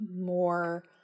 more